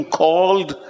called